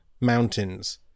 mountains